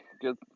Good